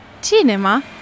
Cinema